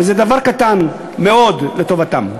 וזה דבר קטן מאוד לטובתם.